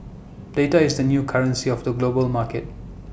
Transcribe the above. data is the new currency of the global market